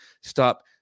Stop